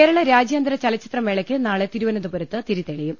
കേരള രാജ്യാന്തര ചലച്ചിത്ര മേളക്ക് നാളെ തിരുവനന്തപുരത്ത് തിരി തെളിയും